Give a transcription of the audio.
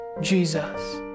Jesus